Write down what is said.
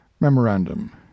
memorandum